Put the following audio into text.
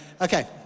Okay